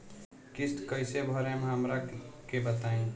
किस्त कइसे भरेम हमरा के बताई?